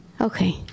Okay